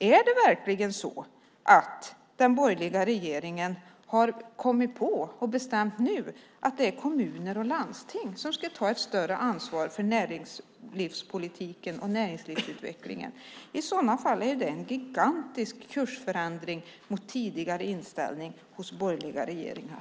Är det verkligen så att den borgerliga regeringen nu har kommit på och bestämt att det är kommuner och landsting som ska ta ett större ansvar för näringslivspolitiken och näringslivsutvecklingen? I sådana fall är det en gigantisk kursförändring mot tidigare inställning hos borgerliga regeringar.